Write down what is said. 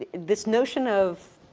ah this notion of